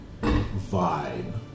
vibe